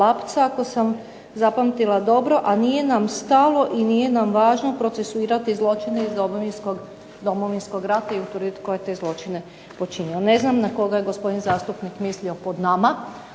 ako sam zapamtila dobro, a nije nam stalo i nije nam važno procesuirati zločine iz Domovinskog rata i utvrditi tko je te zločine počinio. Ne znam na koga je gospodin zastupnik mislio pod nama.